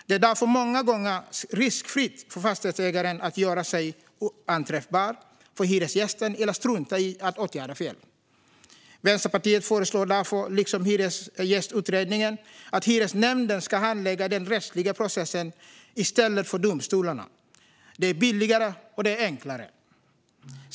Det är därför många gånger riskfritt för fastighetsägaren att göra sig oanträffbar för hyresgästen eller strunta i att åtgärda fel. Vänsterpartiet föreslår därför, liksom Hyresgästutredningen, att hyresnämnden ska handlägga den rättsliga processen i stället för domstolarna. Det är billigare och enklare.